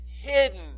hidden